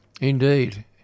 Indeed